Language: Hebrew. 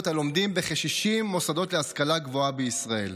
הלומדים בכ-60 מוסדות להשכלה גבוהה בישראל.